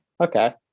Okay